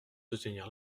soutenir